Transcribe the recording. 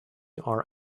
are